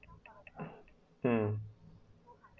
um